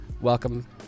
Welcome